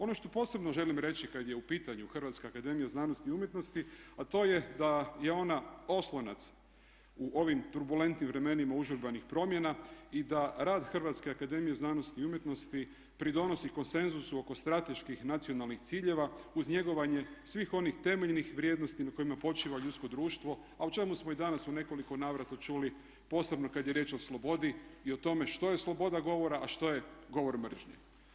Ono što posebno želim reći kad je u pitanju Hrvatska akademija znanosti i umjetnosti a to je da je ona oslonac u ovim turbulentnim vremenima užurbanih promjena i da rad Hrvatske akademije znanosti i umjetnosti pridonosi konsenzusu oko strateških nacionalnih ciljeva uz njegovanje svih onih temeljnih vrijednosti na kojima počiva ljudsko društvo, a o čemu smo i danas u nekoliko navrata čuli posebno kad je riječ o slobodi i o tome što je sloboda govora, a što je govor mržnje.